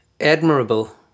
admirable